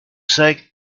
cinq